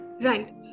Right